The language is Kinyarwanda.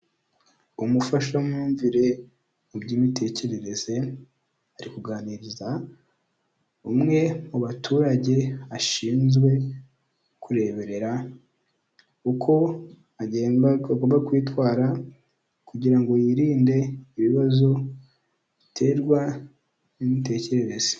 Umufashamyumvire mu by'imitekerereze; ari kuganiriza umwe mu baturage ashinzwe kureberera uko agomba kwitwara; kugira ngo yirinde ibibazo biterwa n'imitekerereze.